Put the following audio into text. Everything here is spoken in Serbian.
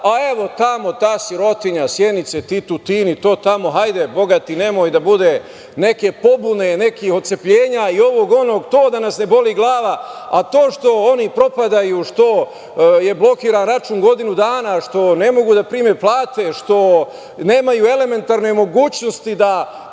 a evo tamo ta sirotinja Sjenice, ti Tutini, to tamo, hajde boga ti, nemoj da bude neke pobune, nekih otcepljenja, ovog, onog, to da nas ne boli glava. To što oni propadaju, što je blokiran račun godinu dana, što ne mogu da prime plate, što nemaju elementarne mogućnosti da